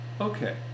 Okay